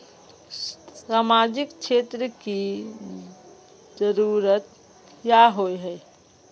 सामाजिक क्षेत्र की जरूरत क्याँ होय है?